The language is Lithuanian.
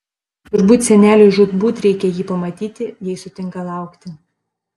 turbūt seneliui žūtbūt reikia jį pamatyti jei sutinka laukti